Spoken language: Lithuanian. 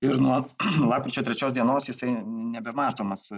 ir nuo lapkričio trečios dienos jisai nebe matomas